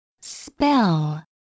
Spell